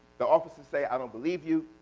the officers say i don't believe you,